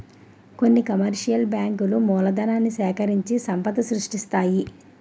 కొన్ని కమర్షియల్ బ్యాంకులు మూలధనాన్ని సేకరించి సంపద సృష్టిస్తాయి